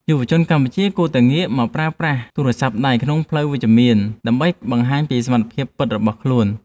យុវជនកម្ពុជាគួរតែងាកមកប្រើប្រាស់ទូរស័ព្ទដៃក្នុងផ្លូវវិជ្ជមានដើម្បីបង្ហាញពីសមត្ថភាពពិតរបស់ខ្លួន។